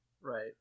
Right